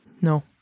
No